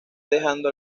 dejando